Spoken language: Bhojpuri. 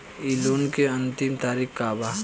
इ लोन के अन्तिम तारीख का बा?